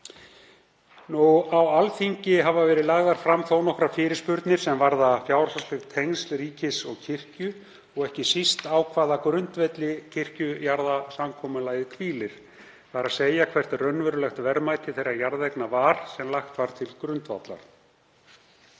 Á Alþingi hafa verið lagðar fram þó nokkrar fyrirspurnir sem varða fjárhagsleg tengsl ríkis og kirkju, ekki síst á hvaða grundvelli kirkjujarðasamkomulagið hvílir, þ.e. hvert raunverulegt verðmæti þeirra jarðeigna var sem lagt var til grundvallar.